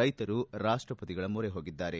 ರೈತರು ರಾಷ್ಟಪತಿಗಳ ಮೊರೆ ಹೋಗಿದ್ದಾರೆ